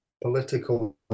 political